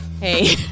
hey